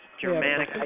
Germanic